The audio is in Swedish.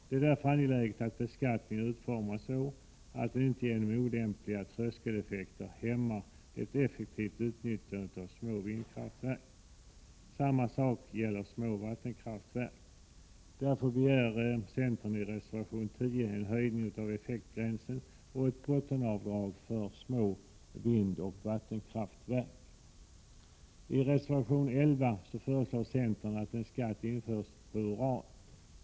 Det är därför angeläget att beskattningen utformas så, att den inte genom olämpliga tröskeleffekter hämmar ett effektivt utnyttjande av små vindkraftverk. Samma sak gäller små vattenkraftverk. Därför begär centern i reservation 10 en höjning av effektgränsen och ett bottenavdrag för små vindoch vattenkraftverk. I reservation 11 föreslår centern att en skatt på uran införs.